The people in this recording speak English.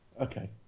Okay